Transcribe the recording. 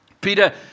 Peter